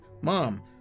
Mom